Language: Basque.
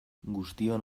guztion